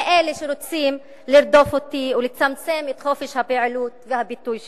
אלה שרוצים לרדוף אותי ולצמצם את חופש הפעילות והביטוי שלי.